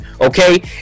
okay